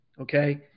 okay